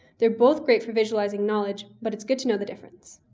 they're both great for visualizing knowledge, but it's good to know the differences.